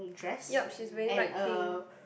yup she is wearing light pink